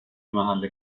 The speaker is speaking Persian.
محل